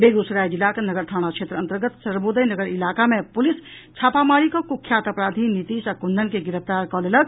बेगूसराय जिलाक नगर थाना क्षेत्र अंतर्गत सर्वोदय नगर इलाका मे पुलिस छापामारी कऽ कुख्यात अपराधी नीतीश आ कुंदन के गिरफ्तार कऽ लेलक